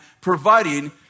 providing